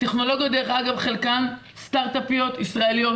דרך אגב חלקן סטארטאפיות ישראליות,